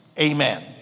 Amen